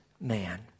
man